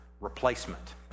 replacement